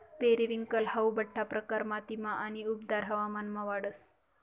periwinkle हाऊ बठ्ठा प्रकार मातीमा आणि उबदार हवामानमा वाढस